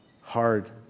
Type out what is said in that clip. Hard